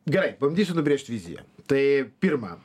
gerai bandysiu nubrėžt viziją tai pirma